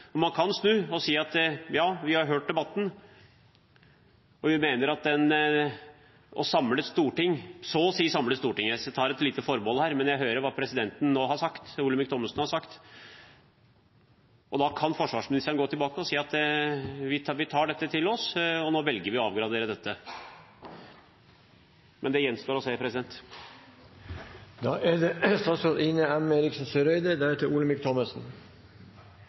tide. Man kan snu og si at man har hørt debatten. Det er et så å si samlet storting i dette spørsmålet, jeg tar et lite forbehold her, men jeg har hørt hva stortingspresident Olemic Thommessen nå har sagt. Da kan forsvarsministeren gå tilbake og si: Vi tar dette til oss, og nå velger vi å avgradere dette. Men det gjenstår å se. Jeg har ikke noe behov for å forlenge debatten, men jeg følte at representanten Rajas innlegg måtte få et kort tilsvar. Men før det